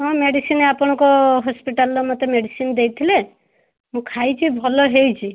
ହଁ ମେଡ଼ିସିନ୍ ଆପଣଙ୍କ ହସ୍ପିଟାଲର ମୋତେ ମେଡ଼ିସିନ୍ ଦେଇଥିଲେ ମୁଁ ଖାଇଛି ଭଲ ହେଇଛି